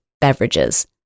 beverages